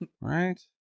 Right